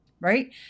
right